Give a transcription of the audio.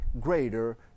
greater